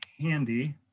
handy